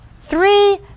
Three